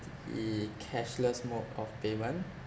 the cashless mode of payment